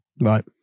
right